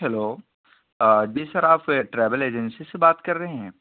hello ji sir آپ travel agency سے بات کر رہے ہیں